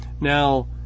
Now